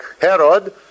Herod